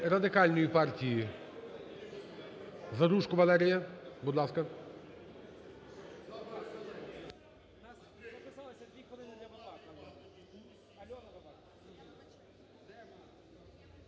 Радикальної партії Заружко Валерія, будь ласка.